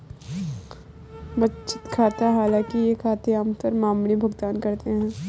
बचत खाता हालांकि ये खाते आम तौर पर मामूली भुगतान करते है